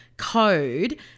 code